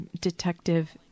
Detective